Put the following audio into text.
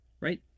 right